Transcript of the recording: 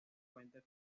cuenta